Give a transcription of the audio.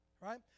right